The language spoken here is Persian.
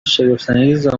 شگفتانگیز